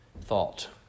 thought